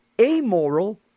amoral